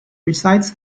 resides